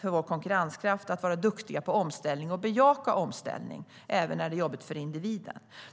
för vår konkurrenskraft att vi är duktiga på omställning och bejakar omställning även när det är jobbigt för individen.